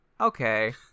okay